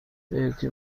فکر